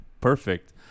perfect